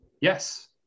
Yes